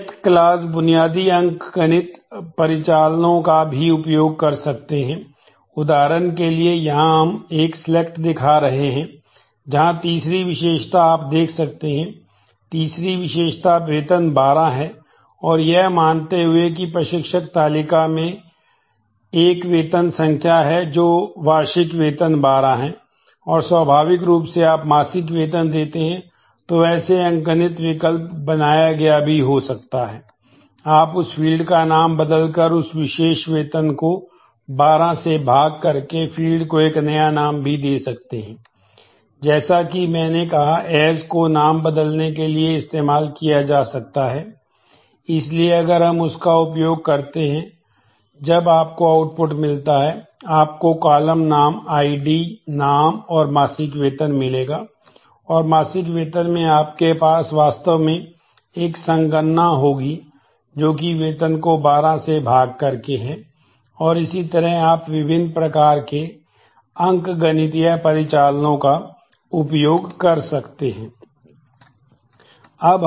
select clause नाम ID नाम और मासिक वेतन मिलेगा और मासिक वेतन में आपके पास वास्तव में एक संगणना होगी जो कि वेतन को 12 से भाग करके है और इसी तरह आप विभिन्न प्रकार के अंकगणितीय परिचालनों का उपयोग कर सकते हैं